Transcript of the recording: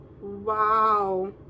wow